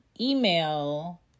email